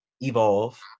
evolve